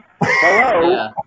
Hello